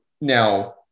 Now